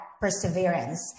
perseverance